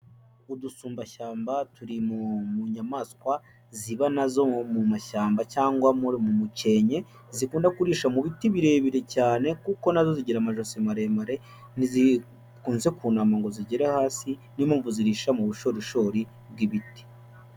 Udusumbashyamba turi mu nyamaswa ziba nazo mu mashyamba cyangwa mu Mukenke, zikunda kurisha mu biti birebire cyane kuko nazo zigira amajosi maremare. Ntizikunze kunama ngo zigere hasi niyo mpamvu zirisha mu bushorishori bw'ibiti.